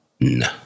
No